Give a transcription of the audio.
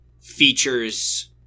features